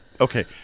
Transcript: Okay